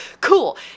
cool